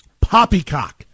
Poppycock